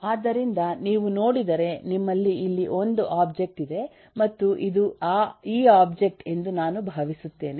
ಆದ್ದರಿಂದ ನೀವು ನೋಡಿದರೆ ನಿಮಗೆ ಇಲ್ಲಿ ಒಂದು ಒಬ್ಜೆಕ್ಟ್ ಇದೆ ಮತ್ತು ಇದು ಈ ಒಬ್ಜೆಕ್ಟ್ ಎಂದು ನಾನು ಭಾವಿಸುತ್ತೇನೆ